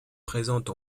présente